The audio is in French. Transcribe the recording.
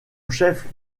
chef